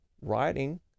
writing